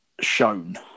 shown